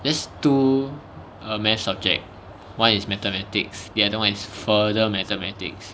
that's two err meshed subject one is mathematics the other [one] is further mathematics